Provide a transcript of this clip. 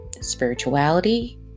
spirituality